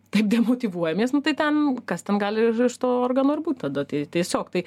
taip demotyvuojamės nu tai ten kas ten gali ir iš to organo būt tada tai tiesiog tai